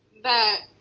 that